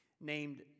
named